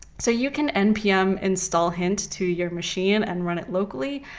so you can npm install hint to your machine and run it locally.